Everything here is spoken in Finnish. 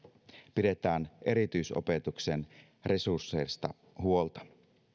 pidetään erityisopetuksen resursseista huolta